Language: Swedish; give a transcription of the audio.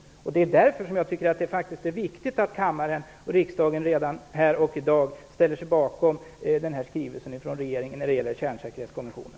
Därför tycker jag faktiskt att det är viktigt att kammaren och riksdagen redan i dag ställer sig bakom denna skrivelse från regeringen om kärnsäkerhetskonventionen.